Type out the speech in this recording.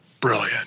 Brilliant